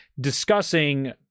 discussing